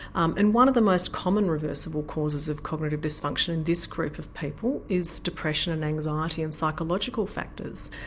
um and one of the most common reversible causes of cognitive dysfunction in this group of people is depression and anxiety and psychological factors.